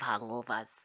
hangovers